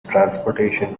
transportation